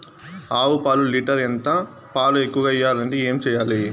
ఆవు పాలు లీటర్ ఎంత? పాలు ఎక్కువగా ఇయ్యాలంటే ఏం చేయాలి?